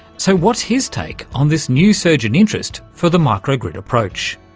so what's his take on this new surge in interest for the micro-grid approach?